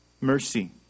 mercy